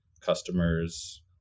customers